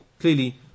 clearly